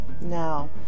Now